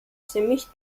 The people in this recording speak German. ziemlich